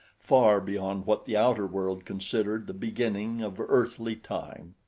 far beyond what the outer world considered the beginning of earthly time.